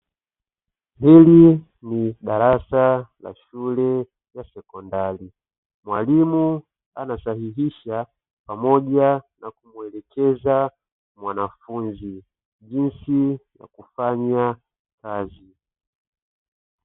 Hili ni darasa la shule ya sekondari, mwalimu anasahihisha pamoja na kumuelekeza mwanafunzi jinsi ya kufanya kazi.